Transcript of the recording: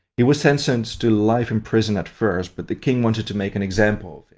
he was sentenced to life in prison at first. but the king wanted to make an example of